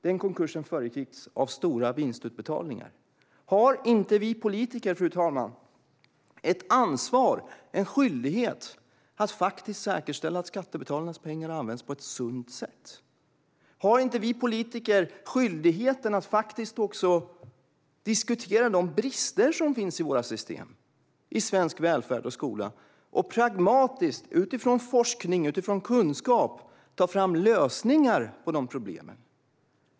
Den konkursen föregicks av stora vinstutbetalningar. Har inte vi politiker ett ansvar och en skyldighet att faktiskt säkerställa att skattebetalarnas pengar används på ett sunt sätt? Har inte vi politiker skyldigheten att faktiskt också diskutera de brister som finns i våra system, i svensk välfärd och skola, och pragmatiskt utifrån forskning och kunskap ta fram lösningar på de problemen?